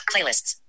playlists